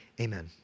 Amen